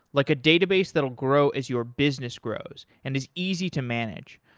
like a database that will grow as your business grows and is easy to manage.